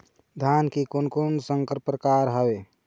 धान के कोन कोन संकर परकार हावे?